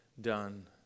done